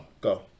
go